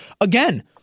again